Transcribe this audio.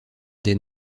des